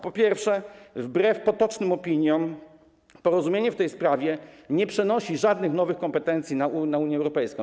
Po pierwsze, wbrew potocznym opiniom porozumienie w tej sprawie nie przenosi żadnych nowych kompetencji na Unię Europejską.